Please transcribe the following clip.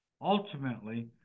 Ultimately